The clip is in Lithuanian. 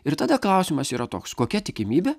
ir tada klausimas yra toks kokia tikimybė